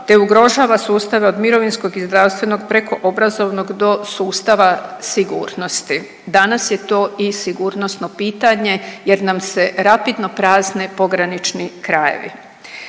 te ugrožava sustave od mirovinskog i zdravstvenog preko obrazovnog do sustava sigurnosti. Danas je to i sigurnosno pitanje jer nam se rapidno prazne pogranični krajevi.